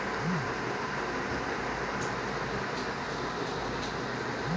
अर्थशास्त्र के निश्चित परिभाषा देना आसन काम नय होबो हइ